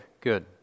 good